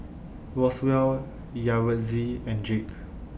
Roswell Yaretzi and Jake